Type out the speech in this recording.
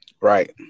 right